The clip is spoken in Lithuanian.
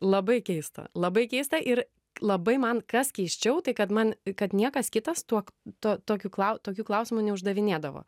labai keista labai keista ir labai man kas keisčiau tai kad man kad niekas kitas tuo to tokiu klausimu tokių klausimų neuždavinėdavo